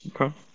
Okay